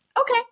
Okay